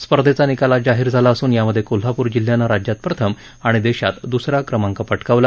स्पर्धेचा निकाल आज जाहीर झाला असून यामध्ये कोल्हापूर जिल्ह्यानं राज्यात प्रथम आणि देशात दुसरा क्रमांक पटकावला